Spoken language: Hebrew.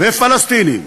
ופלסטינים.